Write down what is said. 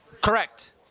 Correct